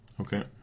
Okay